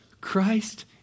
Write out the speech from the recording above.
Christ